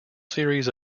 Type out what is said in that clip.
series